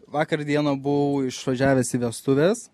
vakar dieną buvau išvažiavęs į vestuves